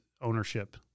ownership